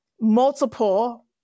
Multiple